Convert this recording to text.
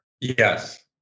Yes